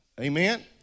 Amen